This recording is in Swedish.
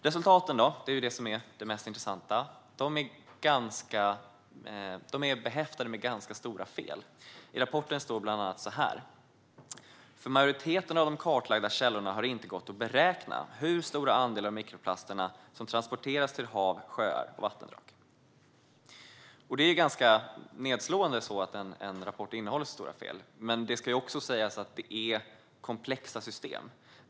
Resultaten, som är det mest intressanta, är behäftade med ganska stora fel. I rapporten står det bland annat: För majoriteten av de kartlagda källorna har det inte gått att beräkna hur stor andel av mikroplasterna som transporteras till hav, sjöar och vattendrag. Det är ganska nedslående att en rapport innehåller så stora fel. Men det ska också sägas att det är komplexa system.